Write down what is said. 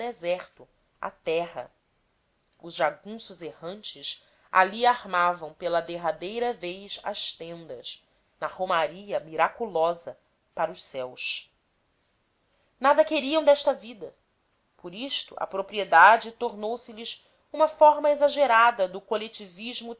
deserto a terra os jagunços errantes ali armavam pela derradeira vez as tendas na romaria miraculosa para os céus nada queriam desta vida por isto a propriedade tornou se lhes uma forma exagerada do coletivismo